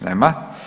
Nema.